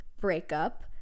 breakup